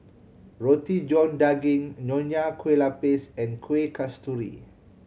Roti John Daging Nonya Kueh Lapis and Kuih Kasturi